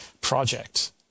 project